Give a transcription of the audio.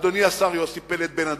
אדוני השר יוסי פלד, בין הדוגמאות.